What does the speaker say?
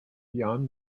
beyond